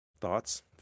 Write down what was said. Thoughts